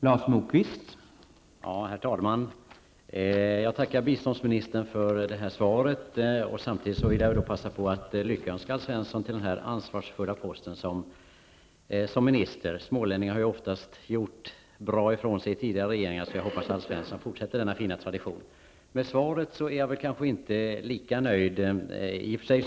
Herr talman! Jag tackar biståndsministern för svaret. Samtidigt vill jag passa på att lyckönska Alf Svensson till hans ansvarsfulla ministerpost. Smålänningar har ju oftast gjort bra ifrån sig i tidigare regeringar, och jag hoppas att Alf Svensson skall fortsätta denna fina tradition. Jag är dock inte så nöjd med svaret.